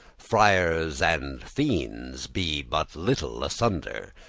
friars and fiends be but little asunder.